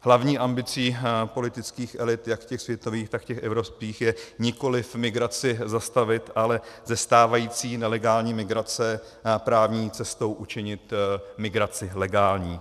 Hlavní ambicí politických elit jak těch světových, tak těch evropských je nikoliv migraci zastavit, ale ze stávající nelegální migrace právní cestou učinit migraci legální.